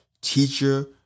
teacher